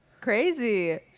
Crazy